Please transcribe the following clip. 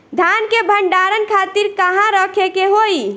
धान के भंडारन खातिर कहाँरखे के होई?